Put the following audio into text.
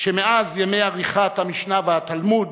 שמאז ימי עריכת המשנה והתלמוד